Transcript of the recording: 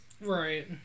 Right